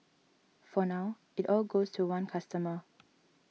for now it all goes to one customer